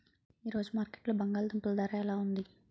ఈ రోజు మార్కెట్లో బంగాళ దుంపలు ధర ఎలా ఉంది?